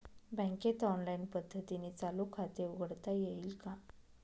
बँकेत ऑनलाईन पद्धतीने चालू खाते उघडता येईल का?